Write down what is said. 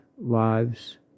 lives